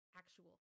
actual